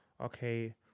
okay